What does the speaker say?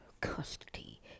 custody